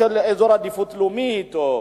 על אזור עדיפות לאומית.